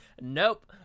Nope